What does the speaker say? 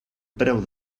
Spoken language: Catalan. preu